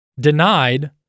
denied